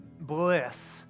Bliss